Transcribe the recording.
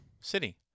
city